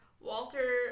Walter